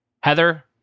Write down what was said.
Heather